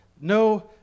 No